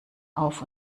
auf